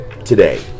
Today